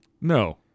No